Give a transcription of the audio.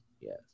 Yes